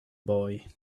boy